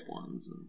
ones